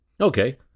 Okay